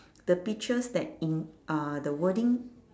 the peaches that in uh the wording